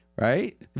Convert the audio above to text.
Right